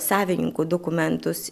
savininkų dokumentus